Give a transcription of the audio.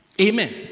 Amen